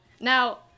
Now